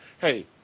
Hey